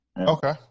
Okay